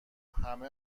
همه